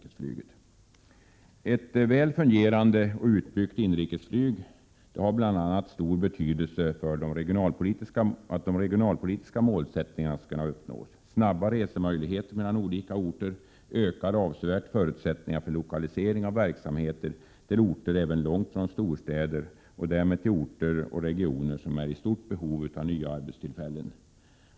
Ett väl fungerande och utbyggt inrikesflyg har bl.a. stor betydelse för att de regionalpolitiska målsättningarna skall kunna uppnås. Snabba resemöjligheter mellan olika orter ökar avsevärt förutsättningarna för lokalisering av verksamheter även till orter långt från storstäderna och därmed till orter och regioner som är i stort behov av nya arbetstillfällen.